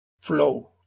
flow